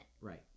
Right